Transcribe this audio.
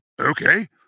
Okay